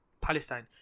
Palestine